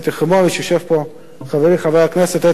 יושב פה חברי חבר הכנסת איתן כבל,